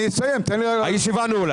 אני אסיים תן לי --- הישיבה נעולה.